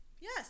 Yes